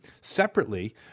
Separately